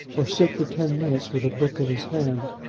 or sit for ten minutes with a book in his hand.